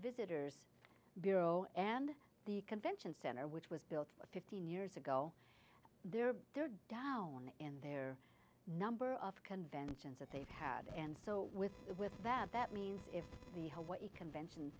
visitors bureau and the convention center which was built fifteen years ago they're down in their number of conventions that they've had and so with with that that means if the what the convention